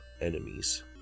enemies